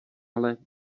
ale